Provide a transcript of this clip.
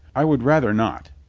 i would rather not,